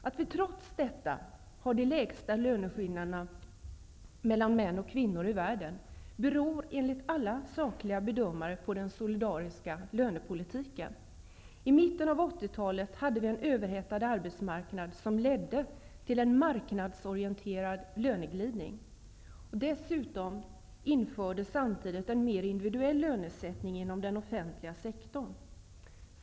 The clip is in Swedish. Att vi trots detta har de minsta löneskillnaderna mellan män och kvinnor i världen beror enligt alla sakliga bedömare på den solidariska lönepolitiken. I mitten av 80-talet hade vi en överhettad arbetsmarknad, som ledde till en marknadsorienterad löneglidning. Dessutom infördes samtidigt en mer individuell lönesättning inom den offentliga sektorn.